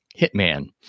hitman